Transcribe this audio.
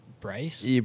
Bryce